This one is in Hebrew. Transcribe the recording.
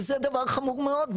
וזה דבר חמור מאוד,